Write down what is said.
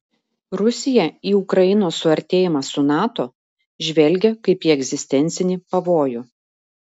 rusiją į ukrainos suartėjimą su nato žvelgia kaip į egzistencinį pavojų